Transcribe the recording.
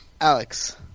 Alex